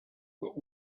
but